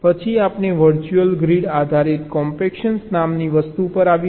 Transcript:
પછી આપણે virtual grid આધારિત કોમ્પેક્શન નામની વસ્તુ ઉપર આવીએ છીએ